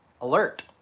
alert